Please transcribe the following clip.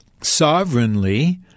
sovereignly